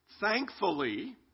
Thankfully